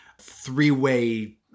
three-way